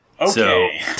Okay